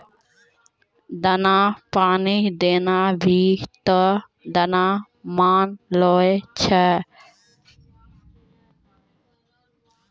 दाना पानी देना भी त दाने मानलो जाय छै